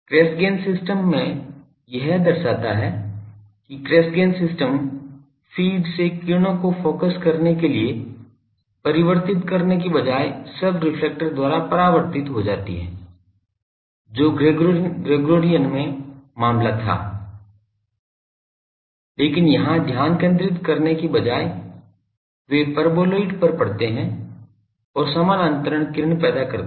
Cassegrain system में यह दर्शाता है कि कैसग्रेन सिस्टम फ़ीड से किरणों को फोकस करने के लिए परिवर्तित करने के बजाय सब रेफ्लेक्टर द्वारा परावर्तित हो जाती है जो ग्रेगोरियन में मामला था लेकिन यहां ध्यान केंद्रित करने के बजाय वे परबोलाइड पर पड़ते हैं और समानांतर किरण पैदा करते हैं